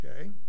okay